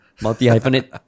Multi-hyphenate